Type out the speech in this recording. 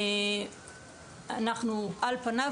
על פניו,